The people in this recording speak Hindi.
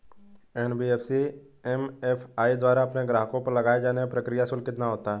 एन.बी.एफ.सी एम.एफ.आई द्वारा अपने ग्राहकों पर लगाए जाने वाला प्रक्रिया शुल्क कितना होता है?